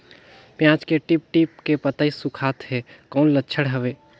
पियाज के टीप टीप के पतई सुखात हे कौन लक्षण हवे?